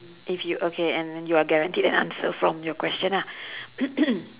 if you okay and you are guaranteed an answer from your question ah